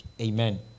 Amen